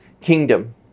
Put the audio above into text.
kingdom